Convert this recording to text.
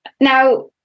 Now